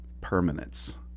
permanence